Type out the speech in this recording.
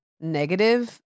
negative